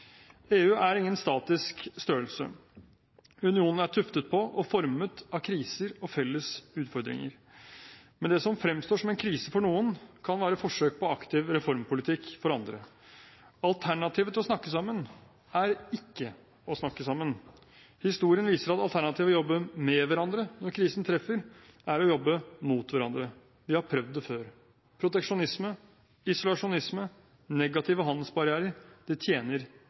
EU er ingen statisk størrelse. Unionen er tuftet på og formet av kriser og felles utfordringer. Men det som fremstår som en krise for noen, kan være forsøk på aktiv reformpolitikk for andre. Alternativet til å snakke sammen er å ikke snakke sammen. Historien viser at alternativet til å jobbe med hverandre når krisen treffer, er å jobbe mot hverandre. Vi har prøvd det før. Proteksjonisme, isolasjonisme, negative handelsbarrierer: Det tjener